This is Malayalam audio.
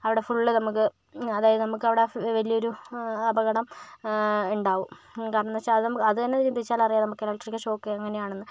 അവിടെ ഫുൾ നമുക്ക് അതായത് നമുക്ക് അവിടെ വലിയൊരു അപകടം ഉണ്ടാകും കാരണമെന്താണ് വെച്ചാൽ അതും അത് തന്നെ ചിന്തിച്ചാലറിയാം ഇലക്ട്രിക്ക് ഷോക്ക് എങ്ങനെയാണെന്ന്